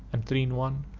and three in one,